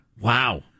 Wow